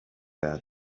their